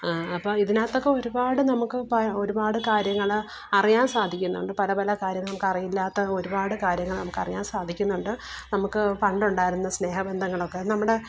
അപ്പോൾ ഇതിനകത്തൊക്കെ ഒരുപാട് നമുക്ക് പ ഒരുപാട് കാര്യങ്ങൾ അറിയാൻ സാധിക്കുന്നുണ്ട് പല പല കാര്യങ്ങൾ നമുക്ക് അറിയില്ലാത്ത ഒരുപാട് കാര്യങ്ങൾ നമുക്ക് അറിയാൻ സാധിക്കുന്നുണ്ട് നമുക്ക് പണ്ടുണ്ടായിരുന്ന സ്നേഹബന്ധങ്ങൾ ഒക്കെ നമ്മുടെ